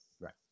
Right